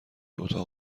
اتاق